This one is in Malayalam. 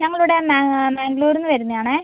ഞങ്ങൾ ഇവിടെ മ മംഗ്ളൂരിന്ന് വരുന്നത് ആണേ